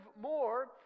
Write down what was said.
more